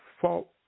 fault